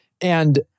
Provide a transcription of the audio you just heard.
And-